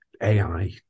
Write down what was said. AI